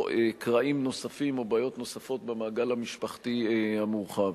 קרעים נוספים או בעיות נוספות במעגל המשפחתי המורחב.